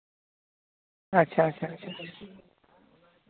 ᱟᱪᱪᱷᱟ ᱟᱪᱪᱷᱟ